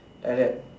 like that